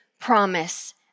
promise